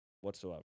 whatsoever